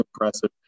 impressive